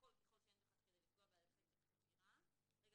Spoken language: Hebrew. והכול כשאין בכך כדי לפגוע בהליכי חקירה" רגע,